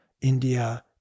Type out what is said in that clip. India